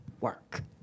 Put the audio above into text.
work